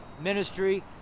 ministry